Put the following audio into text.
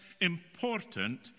important